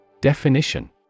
Definition